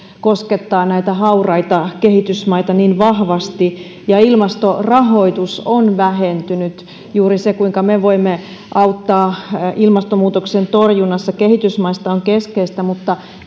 koskettaa näitä hauraita kehitysmaita niin vahvasti ja ilmastorahoitus on vähentynyt juuri se kuinka me voimme auttaa ilmastonmuutoksen torjunnassa kehitysmaita on keskeistä mutta